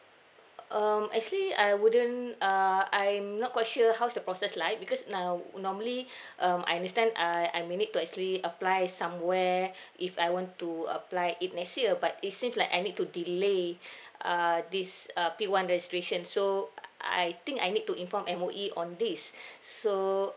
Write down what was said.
um actually I wouldn't uh I'm not quite sure how is the process like because now normally um I understand I I may need to actually apply somewhere if I want to apply it next year but it seems like I need to delay err this uh P one registration so uh I think I need to inform M_O_E on this so